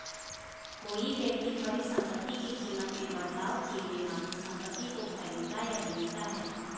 कोई व्यक्ति परिसंपत्ति की कीमत में बदलाव किए बिना संपत्ति को खरीदता या बेचता है